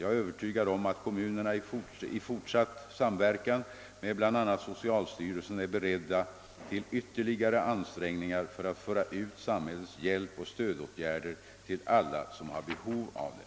Jag är övertygad om att kommunerna i fortsatt samverkan med bl.a. socialstyrelsen är beredda till ytterligare ansträngningar för att föra ut samhällets hjälpoch stödåtgärder till alla som har behov av dem.